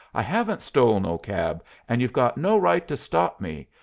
i haven't stole no cab, and you've got no right to stop me.